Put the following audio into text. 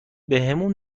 بهمون